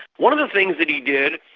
one of the things that he did,